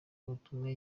ubutumwa